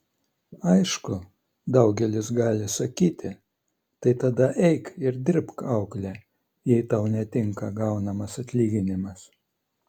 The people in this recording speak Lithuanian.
aišku daugelis gali sakyti tai tada eik ir dirbk aukle jei tau netinka gaunamas atlyginimas